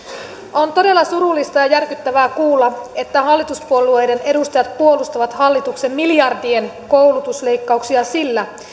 on todella surullista ja järkyttävää kuulla että hallituspuolueiden edustajat puolustavat hallituksen miljardien koulutusleikkauksia sillä